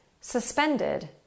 suspended